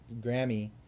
Grammy